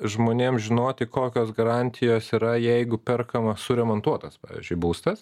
žmonėm žinoti kokios garantijos yra jeigu perkamas suremontuotas pavyzdžiui būstas